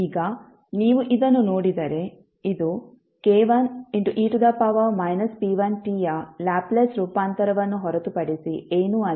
ಈಗ ನೀವು ಇದನ್ನು ನೋಡಿದರೆ ಇದು k1e p1t ಯ ಲ್ಯಾಪ್ಲೇಸ್ ರೂಪಾಂತರವನ್ನು ಹೊರತುಪಡಿಸಿ ಏನೂ ಅಲ್ಲ